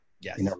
Yes